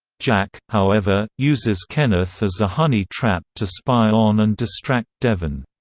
jack, however, uses kenneth as a honey trap to spy on and distract devon.